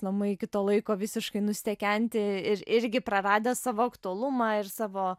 namai iki to laiko visiškai nustekenti ir irgi praradę savo aktualumą ir savo